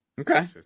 Okay